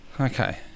Okay